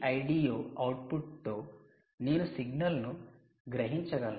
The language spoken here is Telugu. Vldo అవుట్పుట్తో నేను సిగ్నల్ను గ్రహించగలను